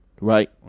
Right